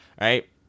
right